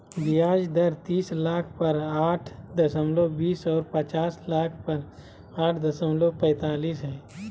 ब्याज दर तीस लाख पर आठ दशमलब बीस और पचास लाख पर आठ दशमलब पैतालीस हइ